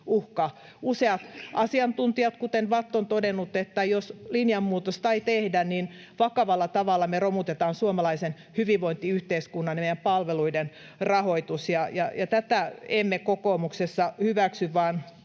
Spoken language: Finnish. Useat asiantuntijat, kuten VATT, ovat todenneet, että jos linjanmuutosta ei tehdä, niin vakavalla tavalla me romutetaan suomalaisen hyvinvointiyhteiskunnan ja meidän palveluiden rahoitus, ja tätä emme kokoomuksessa hyväksy, vaan